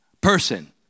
person